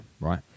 right